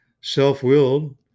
self-willed